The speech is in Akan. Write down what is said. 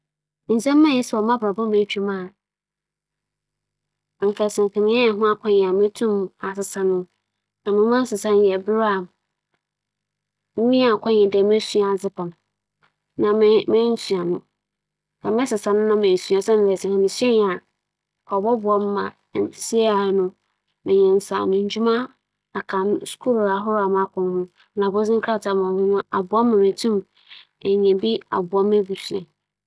Sɛ mowͻ akwanya dɛ mobͻkͻ me bra a m'abͻ eetwa mu na m'asesa biribi wͻ moho a, nkyɛ dza mebɛyɛ nye dɛ, nkyɛ munntwitwa me tsir ho nngu dɛ mbrɛ m'ayɛ efi mo mboframba ber mu besi ber a mehyɛɛ ase dɛ morobͻ me tsir, nkyɛ seseiara dze mo nhwi ayɛ pii na nkyɛ mutum medze nya ndwuma ahorow pii meyɛ na nkyɛ ͻbɛma moho so ayɛ fɛw dɛ biribi.